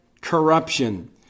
corruption